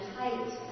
height